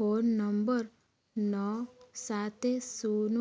phone number ନଅ ସାତ ଶୂନ